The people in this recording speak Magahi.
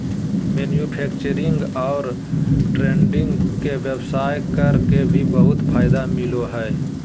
मैन्युफैक्चरिंग और ट्रेडिंग के व्यवसाय कर के भी बहुत फायदा मिलय हइ